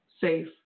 safe